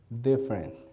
different